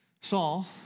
Saul